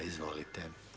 Izvolite.